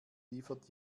liefert